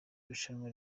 rushanwa